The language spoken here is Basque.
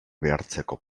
behartzeko